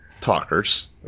talkers